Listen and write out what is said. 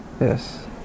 Yes